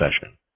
session